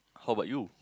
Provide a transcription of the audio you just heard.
how about you